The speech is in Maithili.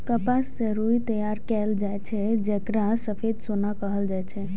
कपास सं रुई तैयार कैल जाए छै, जेकरा सफेद सोना कहल जाए छै